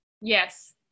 Yes